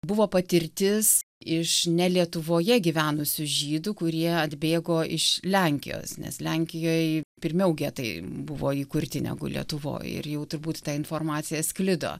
buvo patirtis iš ne lietuvoje gyvenusių žydų kurie atbėgo iš lenkijos nes lenkijoj pirmiau getai buvo įkurti negu lietuvoj ir jau turbūt ta informacija sklido